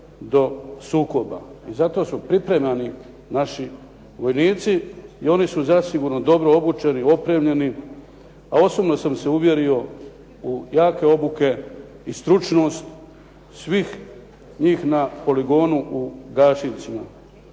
do sukoba i zato su pripremani naši vojnici i oni su zasigurno dobro obučeni, opremljeni, a osobno sam se uvjerio u jake obuke i stručnost svih njih na poligonu u Gašincima.